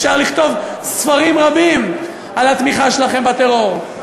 אפשר לכתוב ספרים רבים על התמיכה שלכם בטרור.